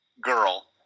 girl